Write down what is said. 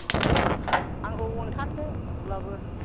आंखौ अनथारदो अब्लाबो